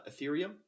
Ethereum